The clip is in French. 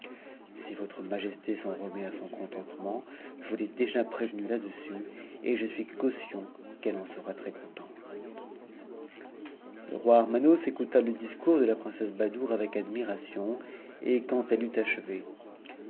si nti'c majesté s'en remet à son consentement je l'ai déjà prévenue la jpss s je suis caution qu'elle en sera très contente le roi armanos écouta le discours de la princesse badoure avec admiration et quand elle eut achevé